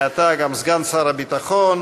מעתה גם סגן שר הביטחון,